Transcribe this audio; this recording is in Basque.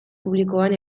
publikoan